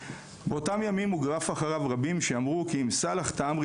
באותם ימים הוא גרף אחריו רבים שאמרו כי אם סאלח תעמרי